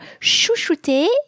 chouchouter